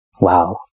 Wow